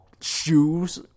shoes